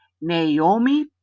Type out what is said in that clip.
Naomi